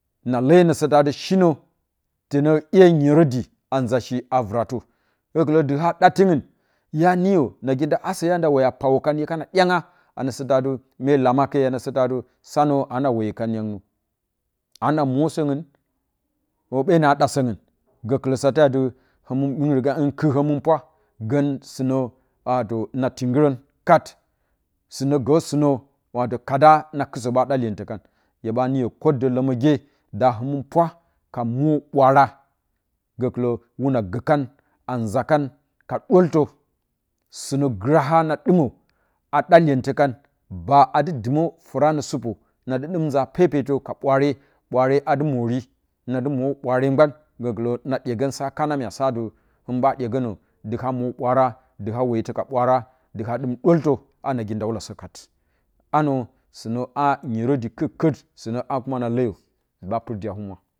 Na leyə nə satati shinə tənə iye nyerədi anzashi a vratə gəkɨlə di ha ɗatung nya niyə nasida asə hya dɨ wəya puwə kan hyekana dyaunga anəsa tati mye lamake anəsatati sunə a wəyə kau yangnə ana mwo səung be na ɗa səung gəkɨlə sajeati hin hin hin kɨr həmɨn pwa gən sɨnə atə na tingɨran kat sinə gə kada na kɨdsə ɓa ɗa iyentə kan hye ɓa niyə kə adə ləməge da həmɨnpwa ka mwo ɓwaara gəkɨlə wuna gə kan a nza kan ka dəltə sɨnə graha na ɗɨmə aɗa iyentə kah baa adɨ dimə ɗoranə supo na dɨ ɗɨm nza pepetə ka bwaare bwaare adɨ məri na dɨ mwo ɓwaare ngban gəkɨlə na dyegən sa kana myasatɨ hin ɓa dyesənə dɨha mwo bwaara dɨ ha wetə ka ɓwaara dɨ ha dɨm dəltə anəgindawulasə kat anə sɨnə anyerədi kɨrkɨ sɨnə a na leyə ɓa pɨrdi a humwa